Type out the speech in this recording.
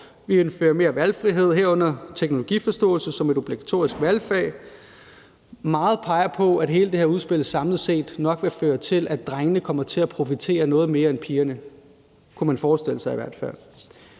Vi indfører mere valgfrihed, herunder teknologiforståelse som et obligatorisk valgfag. Meget peger på, at hele det her udspil samlet set nok vil føre til, at drengene kommer til at profitere noget mere end pigerne. Det kunne man i hvert fald